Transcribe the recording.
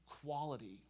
quality